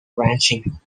ranching